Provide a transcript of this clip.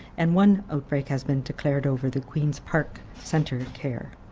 and one outbreak has been declared over the queen's park centre care.